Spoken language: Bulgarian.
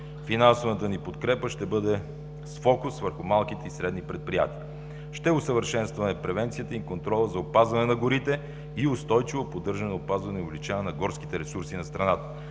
Финансовата ни подкрепа ще бъде с фокус върху малките и средни предприятия. Ще усъвършенстваме превенцията и контрола за опазване на горите и устойчиво поддържане, опазване и увеличаване на горските ресурси на страната.